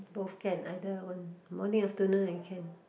both can either one morning afternoon I can